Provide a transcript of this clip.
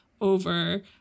over